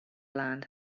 land